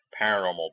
paranormal